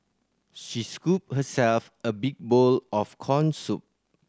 she scooped herself a big bowl of corn soup